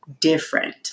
different